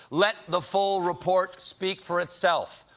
let the full report speak for itself.